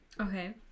Okay